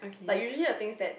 like usually a thing that